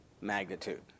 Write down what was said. magnitude